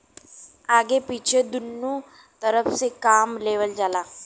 आगे पीछे दुन्नु तरफ से काम लेवल जाला